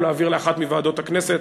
או להעבירו לאחת מוועדות הכנסת,